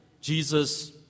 Jesus